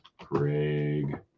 Craig